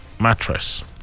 mattress